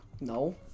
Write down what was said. No